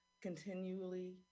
continually